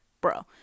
Bro